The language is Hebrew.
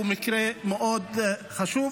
הוא מקרה מאוד חשוב.